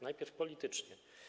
Najpierw politycznie.